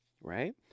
Right